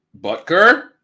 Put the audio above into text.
Butker